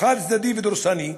חד-צדדי ודורסני,